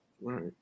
right